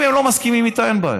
אם הם לא מסכימים איתה, אין בעיה.